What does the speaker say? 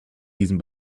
diesem